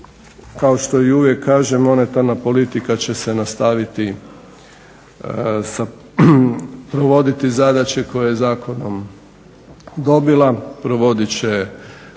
kao što uvijek kažem monetarna politika će se nastaviti provoditi zadaće koje zakonom dobila, provodit će